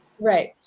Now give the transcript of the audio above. Right